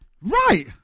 Right